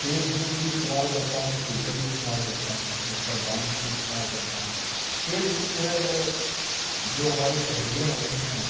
face بک بھی استعمال کرتا ہوں ٹویئٹر بھی استعمال کرتا ہوں انسٹاگرام بھی استعمال کرتا ہوں فیس بک جو ہے وہ جو ہماری تحریریں ہوتی ہیں